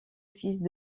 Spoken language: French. fils